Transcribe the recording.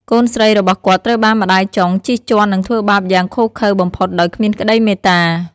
កូនស្រីរបស់គាត់ត្រូវបានម្តាយចុងជិះជាន់និងធ្វើបាបយ៉ាងឃោរឃៅបំផុតដោយគ្មានក្តីមេត្តា។